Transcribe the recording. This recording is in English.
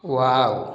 wow